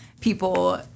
people